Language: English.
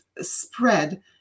spread